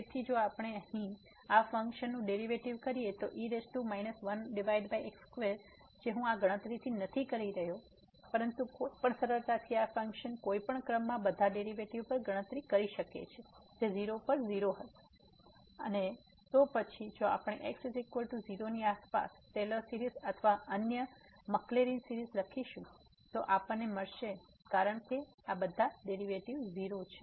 તેથી જો આપણે અહીં આ ફંક્શનનું ડેરીવેટીવ કરીએ તો e 1x2 જે હું આ ગણતરીઓ નથી કરી રહ્યો પરંતુ કોઈ પણ સરળતાથી આ ફંક્શનના કોઈપણ ક્રમમાં બધા ડેરીવેટીવ પર ગણતરી કરી શકે છે જે 0 પર ૦ હશે અને તો પછી જો આપણે x 0 ની આસપાસ ટેલર સીરીઝ અથવા અન્ય મક્લરિન સીરીઝ લખીશું તો આપણને મળશે કારણ કે બધા ડેરીવેટીવ 0 છે